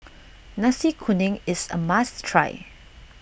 Nasi Kuning is a must try